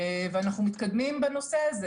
ואנחנו מתקדמים בנושא הזה.